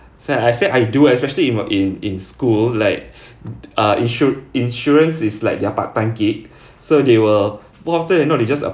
so I said I do especially if uh in in school like err insu~ insurance is like their part time gig so they will more often than not they just err